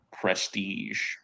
prestige